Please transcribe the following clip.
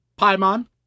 Paimon